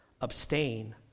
Abstain